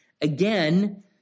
Again